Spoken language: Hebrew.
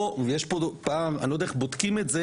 יש פה פער ואני לא יודע איך בודקים את זה